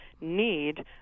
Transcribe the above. need